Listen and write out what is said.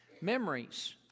Memories